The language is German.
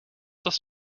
das